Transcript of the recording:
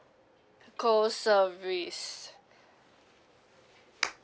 telco service